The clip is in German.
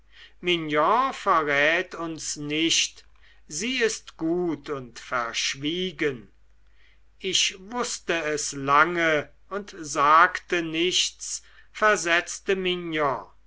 verrät uns nicht sie ist gut und verschwiegen ich wußte es lange und sagte nichts versetzte mignon